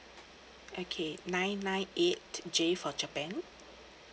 okay nine nine eight J for japan